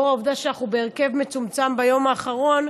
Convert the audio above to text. לאור העובדה שאנחנו בהרכב מצומצם ביום האחרון,